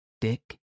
Dick